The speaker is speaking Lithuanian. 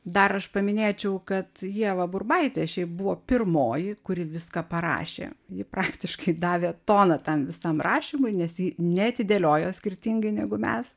dar aš paminėčiau kad ieva burbaitė šiaip buvo pirmoji kuri viską parašė ji praktiškai davė toną tam visam rašymui nes ji neatidėliojo skirtingai negu mes